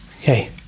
Okay